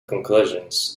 conclusions